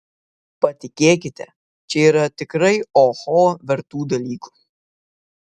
patikėkite čia yra tikrai oho vertų dalykų